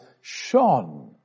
shone